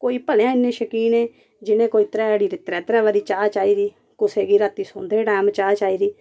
कोई भलेआं इन्ने शकीन जि'नें कोई त्रै दी ते कोई त्रै त्रै बारी चाह् चाहिदी कुसै गी रातीं सौंदे टैम चाह् चाहिदी